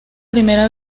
primera